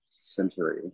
century